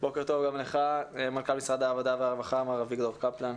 בוקר טוב גם לך מנכ"ל משרד העבודה והרווחה מר אביגדור קפלן,